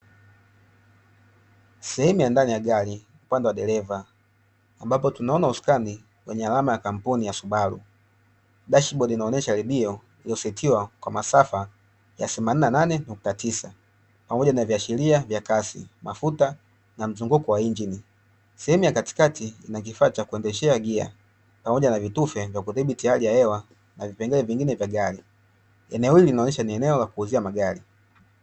Sehemu ya ndani ya gari upande wa dereva, ambapo tunaona usukani wenye alama ya kampuni ya "subaru". Dashibodi inaonyesha redio iliyosetiwa kwa masafa ya themanini na nane nukta tisa, pamoja na viashiria vya kasi, mafuta na mzunguko kwa injini. Sehemu ya katikati ina kifaa cha kuendeshea gia, pamoja na vitufe vya kudhibiti hali ya hewa na vipengele vingine vya gari. Eneo hili linaonyesha ni eneo la kuuzia magari.